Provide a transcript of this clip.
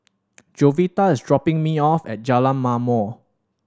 Jovita is dropping me off at Jalan Ma'mor